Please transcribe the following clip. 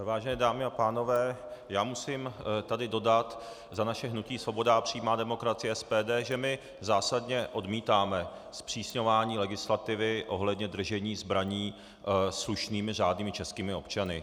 Vážené dámy a pánové, musím tady dodat za naše hnutí Svoboda a přímá demokracie, SPD, že my zásadně odmítáme zpřísňování legislativy ohledně držení zbraní slušnými, řádnými českými občany.